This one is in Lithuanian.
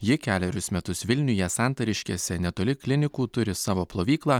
ji kelerius metus vilniuje santariškėse netoli klinikų turi savo plovyklą